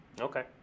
Okay